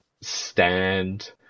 stand